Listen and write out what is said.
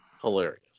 hilarious